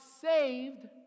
saved